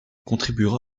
contribuera